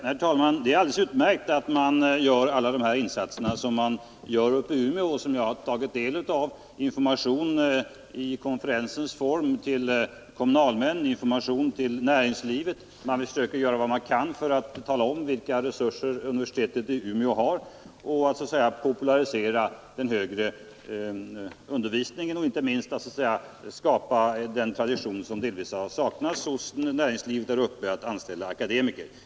Herr talman! Det är alldeles utmärkt att universitetet i Umeå gör alla dessa insatser, som också jag har tagit del av. Det är fråga om information i konferensform till kommunalmän och information till näringslivet. Man försöker tala om vilka resurser som universitetet i Umeå har. Man vill popularisera den högre undervisningen och försöka skapa en tradition som delvis saknats hos näringslivet där uppe, att anställa akademiker.